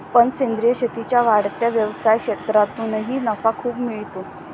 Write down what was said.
पण सेंद्रीय शेतीच्या वाढत्या व्यवसाय क्षेत्रातूनही नफा खूप मिळतो